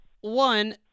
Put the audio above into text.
one